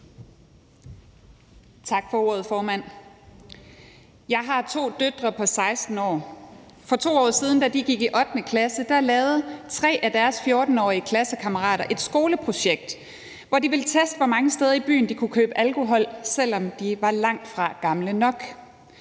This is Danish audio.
Tak for ordet, formand. Jeg har to døtre på 16 år. For 2 år siden, da de gik i 8. klasse, lavede tre af deres 14-årige klassekammerater et skoleprojekt, hvor de ville teste, hvor mange steder i byen de kunne købe alkohol, selv om de langtfra var gamle nok.